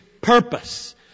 purpose